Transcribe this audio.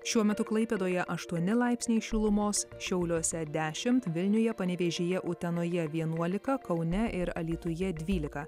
šiuo metu klaipėdoje aštuoni laipsniai šilumos šiauliuose dešimt vilniuje panevėžyje utenoje vienuolika kaune ir alytuje dvylika